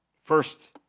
First